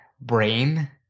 brain